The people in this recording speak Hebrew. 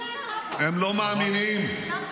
הם לא מאמינים -- אין להם אבא.